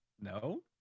no